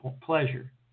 pleasure